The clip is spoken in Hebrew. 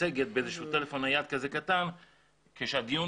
מצגת באיזשהו טלפון נייד קטן כאשר הדיון